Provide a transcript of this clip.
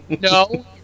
no